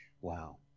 Wow